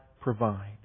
provide